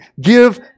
Give